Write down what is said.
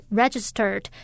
registered